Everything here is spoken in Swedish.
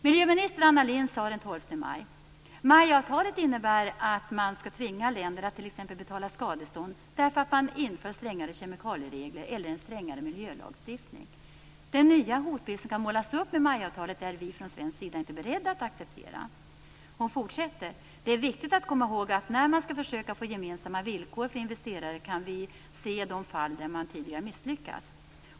Miljöminister Anna Lindh sade den 12 maj att MAI-avtalet innebär att man skall tvinga länder att t.ex. betala skadestånd därför att man inför strängare kemikalieregler eller en strängare miljölagstiftning. Den nya hotbild som kan målas upp med MAI-avtalet är vi från svensk sida inte beredda att acceptera. Hon fortsätter: Det är viktigt att komma ihåg att när man skall försöka få gemensamma villkor för investerare kan vi se de fall där man tidigare har misslyckats.